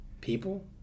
people